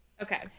Okay